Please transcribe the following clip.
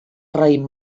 raïm